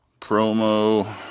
Promo